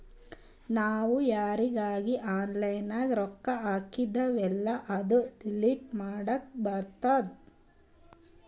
ನಾವ್ ಯಾರೀಗಿ ಆನ್ಲೈನ್ನಾಗ್ ರೊಕ್ಕಾ ಹಾಕ್ತಿವೆಲ್ಲಾ ಅದು ಡಿಲೀಟ್ ಮಾಡ್ಲಕ್ ಬರ್ತುದ್